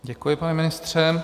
Děkuji, pane ministře.